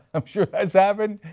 i'm sure that's happened,